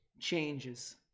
changes